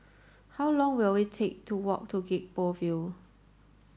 how long will it take to walk to Gek Poh Ville